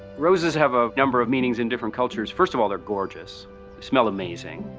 roses have a number of meanings in different cultures. first of all, they're gorgeous smell amazing.